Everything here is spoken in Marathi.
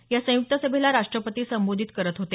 या संयुक्त सभेला राष्ट्रपती संबोधित करत होते